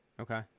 Okay